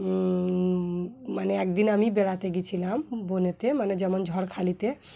মানে একদিন আমি বেড়াতে গিয়েছিলাম বনেতে মানে যেমন ঝড়খালিতে